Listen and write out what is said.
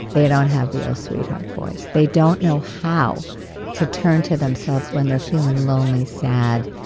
they don't have the oh, sweetheart' voice. they don't know how to turn to themselves when they're feeling lonely, sad,